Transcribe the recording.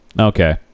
Okay